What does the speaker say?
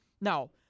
Now